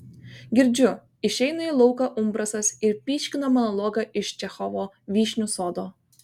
girdžiu išeina į lauką umbrasas ir pyškina monologą iš čechovo vyšnių sodo